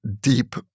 deep